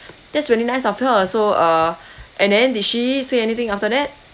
that's really nice of her so uh and then did she say anything after that